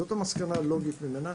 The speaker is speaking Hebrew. זאת המסקנה הלוגית ממנה,